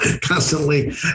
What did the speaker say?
constantly